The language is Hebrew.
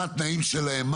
מה התנאים שלהן.